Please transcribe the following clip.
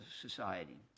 society